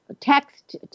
text